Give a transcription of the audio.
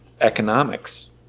economics